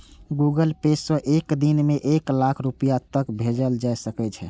Google pay सं एक दिन मे एक लाख रुपैया तक भेजल जा सकै छै